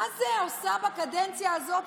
מה היא עושה בקדנציה הזאת?